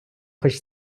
хоч